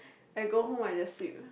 I go home I just sleep